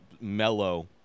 mellow